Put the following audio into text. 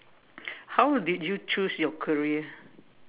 how did you choose your career